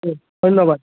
ধন্যবাদ